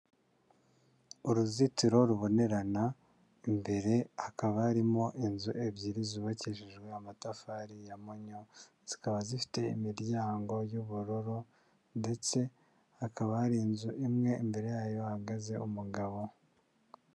Uruzitiro rubonerana, imbere hakaba harimo inzu ebyiri zubakishijwe amatafari ya mpunyu, zikaba zifite imiryango y'ubururu ndetse hakaba hari inzu imwe, imbere yayo hahagazeho umugabo.